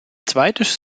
zweites